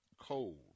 cold